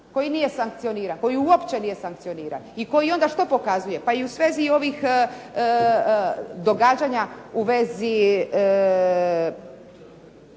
kriminalitetu, koji nije sankcioniran i koji onda što pokazuje, pa i u svezi ovih događanja u vezi